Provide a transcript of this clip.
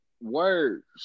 words